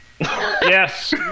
yes